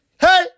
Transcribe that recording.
Hey